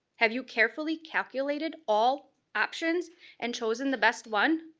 have you carefully calculated all options and chosen the best one?